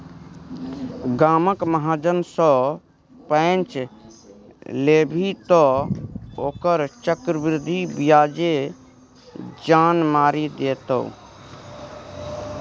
गामक महाजन सँ पैंच लेभी तँ ओकर चक्रवृद्धि ब्याजे जान मारि देतौ